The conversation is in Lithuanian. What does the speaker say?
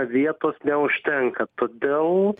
vietos neužtenka todėl